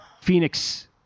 Phoenix